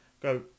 go